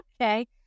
Okay